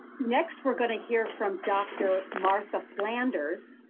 next we're going to hear from dr. martha flanders,